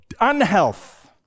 unhealth